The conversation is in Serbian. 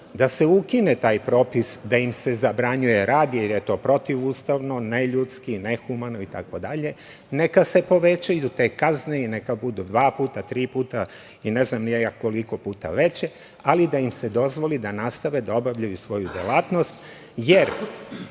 da se ukinete taj propis da im se zabranjuje rad jer je to protivustavno, jer je to neljudski, nehumano itd. Neka se povećaju te kazne i neka budu dva puta, tri puta i ne znam ni ja koliko puta veće, ali da im se dozvoli da nastave da obavljaju svoju delatnost, jer